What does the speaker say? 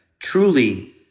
Truly